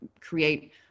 create